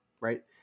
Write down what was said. Right